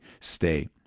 stay